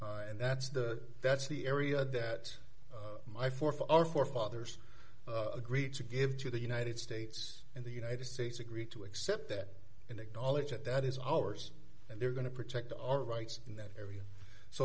and that's the that's the area that my four for our forefathers agreed to give to the united states and the united states agreed to accept that and acknowledge that that is a horse and they're going to protect our rights in that area so